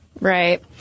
Right